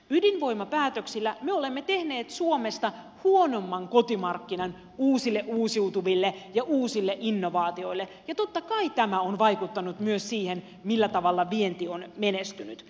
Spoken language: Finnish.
ydinvoimapäätöksillä me olemme tehneet suomesta huonomman kotimarkkinan uusille uusiutuville ja uusille innovaatioille ja totta kai tämä on vaikuttanut myös siihen millä tavalla vienti on menestynyt